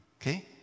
okay